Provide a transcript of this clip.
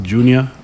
Junior